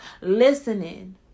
listening